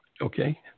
Okay